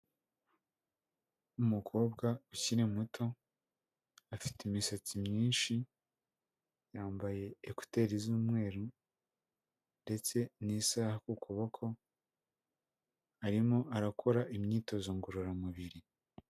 Umukobwa ukiri muto, afite imisatsi myinshi, yambaye ekuteri z'umweru ndetse n'isaha ku kuboko, arimo arakora imyitozo ngororamubiri.